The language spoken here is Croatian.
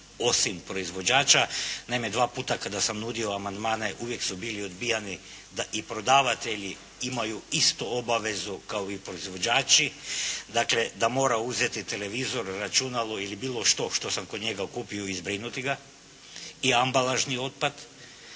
osim proizvođača. Naime, dva puta kada sam nudio amandmane uvijek su bili odbijani da i prodavatelji imaju istu obavezu kao i proizvođači, dakle da mora uzeti televizor, računalo ili bilo što što sam kod njega kupio i zbrinuti ga i ambalažni otpad.